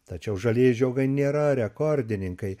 tačiau žalieji žiogai nėra rekordininkai